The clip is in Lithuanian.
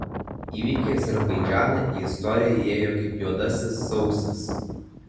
įvykiai azerbaidžane į istoriją įėjo kaip juodasis sausis